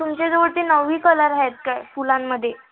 तुमच्याजवळ ती नऊही कलर आहेत काय फुलांमध्ये